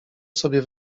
sobie